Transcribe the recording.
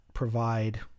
Provide